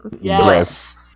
Yes